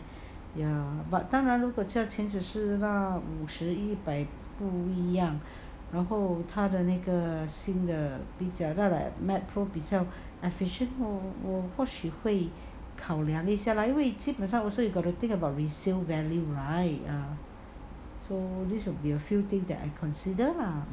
ya but 当然如果价钱只是到五十一百不一样然后他的那个新的比较 like mac pro 比较 efficient hor 我或许会考量一下 lah 因为基本上 you got to think about resale value right so this will be a few things that I consider lah